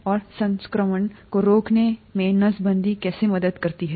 और संक्रमण को रोकने में नसबंदी कैसे मदद करती है